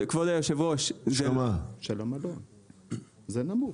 ארנונה של מלון נמוכה.